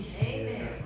Amen